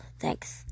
thanks